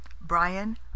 Brian